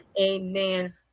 amen